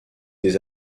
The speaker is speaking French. des